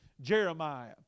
Jeremiah